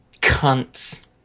Cunts